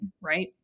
right